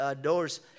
doors